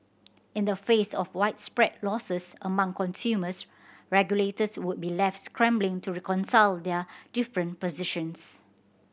in the face of widespread losses among consumers regulators would be left scrambling to reconcile their different positions